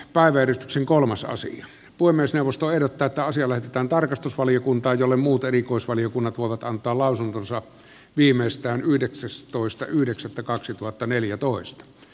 paha veri sen kolmas asia voi myös neuvostoehdokkaita pitäisi siellä päin tarkastusvaliokuntaan jolle muut erikoisvaliokunnat voivat antaa lausuntonsa viimeistään yhdeksästoista yhdeksättä kaksituhattaneljätoista